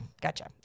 Gotcha